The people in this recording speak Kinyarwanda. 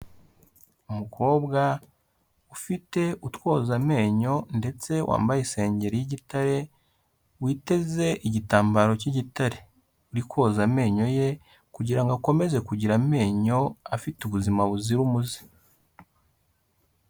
umukobwa ufite utwozamenyo ndetse wambaye isengeri y'igitare witeze igitambaro cy'igitare uri koza amenyo ye kugirango akomeze kugira amenyo afite ubuzima buzira umuze